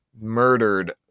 murdered